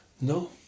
No